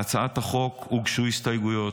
להצעת החוק הוגשו הסתייגויות.